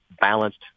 balanced